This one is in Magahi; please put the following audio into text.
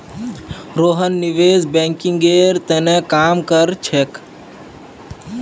रोहन निवेश बैंकिंगेर त न काम कर छेक